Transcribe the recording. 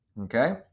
Okay